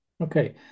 Okay